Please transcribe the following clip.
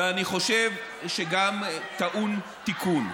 ואני חושב שגם טעון תיקון.